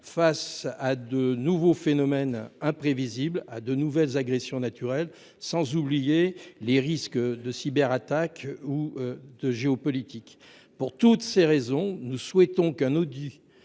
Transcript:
face à de nouveaux phénomènes imprévisibles, de nouvelles agressions naturelles, sans oublier les risques de cyberattaques ou les risques géopolitiques ? Pour toutes ces raisons, nous souhaitons qu'un audit